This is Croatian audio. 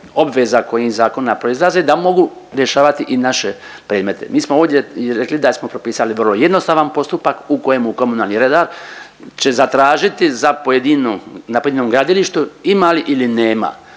obveza koje iz zakona proizlaze, da mogu rješavati i naše predmete. Mi smo ovdje i rekli da smo propisali vrlo jednostavan postupak u kojemu komunalni redar će zatražiti za pojedinu, na pojedinom gradilištu ima li ili nema